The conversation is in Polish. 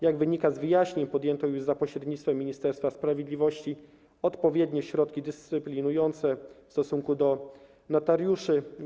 Jak wynika z wyjaśnień, podjęto już za pośrednictwem Ministerstwa Sprawiedliwości odpowiednie środki dyscyplinujące w stosunku do notariuszy.